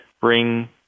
bring